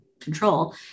control